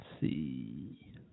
see